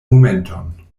momenton